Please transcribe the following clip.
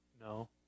No